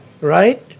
right